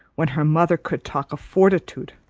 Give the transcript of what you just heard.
when her mother could talk of fortitude!